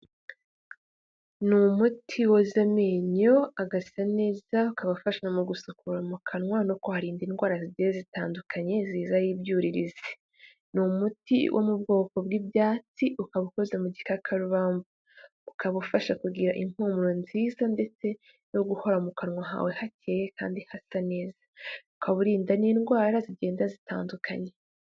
Ni umuti woza amenyo agasa neza, ukaba ufasha mu gusukura mu kanwa, no kuharinda indwara zitandukanye ziza ari ibyuririzi, ni umuti wo mu bwoko bw'ibyatsi, ukaba ukoze mu gikakarubamba, ukaba ufasha kugira impumuro nziza ndetse no guhora mu kanwa hawe hakeye kandi hasa neza, ukaba urinda n'indwara zigenda zitandukanye.